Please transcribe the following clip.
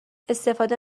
استفاده